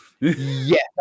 Yes